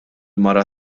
mara